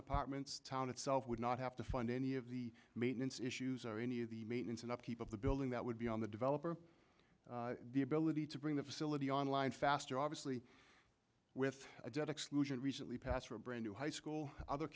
departments the town itself would not have to fund any of the maintenance issues or any of the maintenance and upkeep of the building that would be on the developer the ability to bring the facility online faster obviously with a debt exclusion recently passed for a brand new high school other